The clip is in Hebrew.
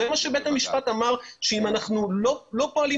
זה מה שבית המשפט אמר שאם אנחנו לא פועלים